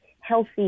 healthy